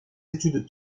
études